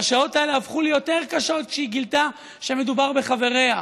והשעות האלה הפכו להיות קשות יותר כשהיא גילתה שמדובר בחבריה.